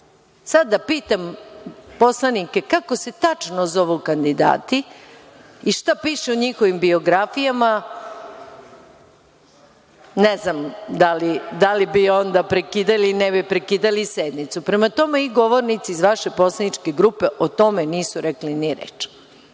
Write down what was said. Sada da pitam poslanike kako se tačno zovu kandidati i šta piše u njihovim biografijama, ne znam da li bi onda prekidali ili ne bi prekidali sednicu. Prema tome, i govornici iz vaše poslaničke grupe o tome nisu rekli ni reč.